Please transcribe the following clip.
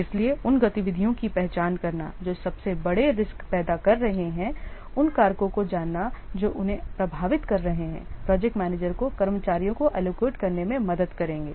इसलिए उन गतिविधियों की पहचान करना जो सबसे बड़े रीस्क पैदा कर रहे हैं और उन कारकों को जानना जो उन्हें प्रभावित कर रहे हैं प्रोजेक्ट मैनेजर को कर्मचारियों को एलोकेट करने में मदद करेंगे